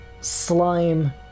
slime